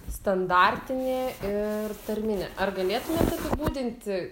standartinė ir tarminė ar galėtumėt apibūdinti